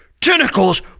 tentacles